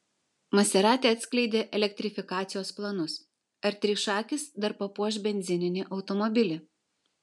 maserati atskleidė elektrifikacijos planus ar trišakis dar papuoš benzininį automobilį